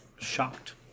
Shocked